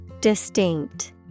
Distinct